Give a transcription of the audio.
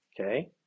Okay